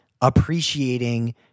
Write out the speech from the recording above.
appreciating